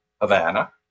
Havana